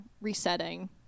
resetting